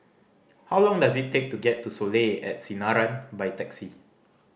how long does it take to get to Soleil at Sinaran by taxi